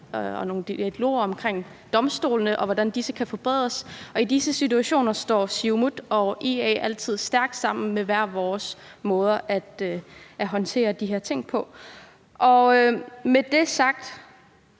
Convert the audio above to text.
og nogle dialoger omkring domstolene, og hvordan disse kan forbedres, og i disse situationer står Siumut og IA altid stærkt sammen med hver vores måder at håndtere de her ting på. Når det er sagt,